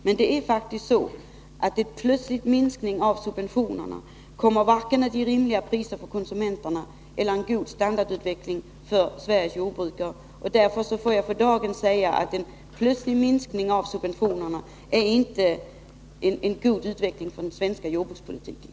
Men det är faktiskt så, att en plötslig minskning av subventionerna inte kommer att ge vare sig rimliga priser för konsumenterna eller en god standardutveckling för Sveriges jordbrukare. Därför får jag för dagen säga att en plötslig minskning av subventionerna inte innebär en god utveckling för den svenska jordbrukspolitiken.